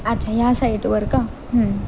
अच्छा ह्या साईटवर का हं